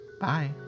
Bye